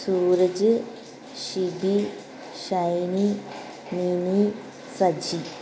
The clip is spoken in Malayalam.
സൂരജ് ഷിബി ഷൈനി നിമി സജി